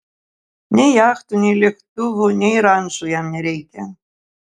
nei jachtų nei lėktuvų nei rančų jam nereikia